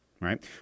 right